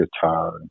guitar